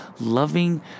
loving